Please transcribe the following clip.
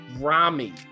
Rami